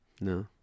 No